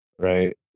right